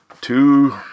two